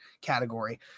category